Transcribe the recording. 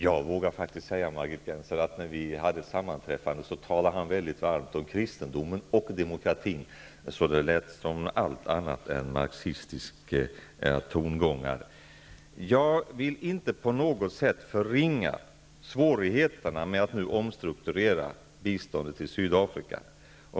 Jag vågar faktiskt säga, Margit Gennser, att när vi hade ett sammanträffande talade Nelson Mandela väldigt varmt om kristendomen och demokratin. Det lät som allt annat än marxistiska tongångar. Jag vill inte på något sätt förringa svårigheterna med att nu omstrukturera biståndet till Sydafrika.